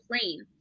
plain